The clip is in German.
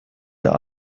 der